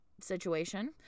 situation